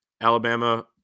Alabama